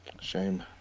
Shame